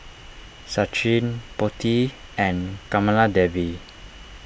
Sachin Potti and Kamaladevi